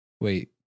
Wait